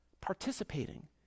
participating